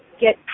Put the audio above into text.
get